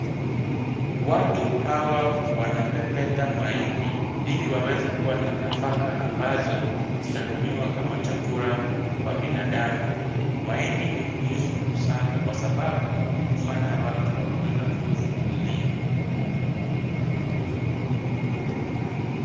Watu hawa wanapepeta mahindi ili waweze kuwa na nafaka ambazo zitatumiwa kama chakula kwa binadamu. Mahindi ni muhimu sana kwa sababu hufanya watu wakuwe na nguvu mwilini.